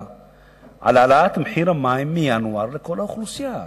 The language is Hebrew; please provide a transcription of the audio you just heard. על העלאת מחיר המים מינואר לכל האוכלוסייה.